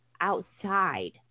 outside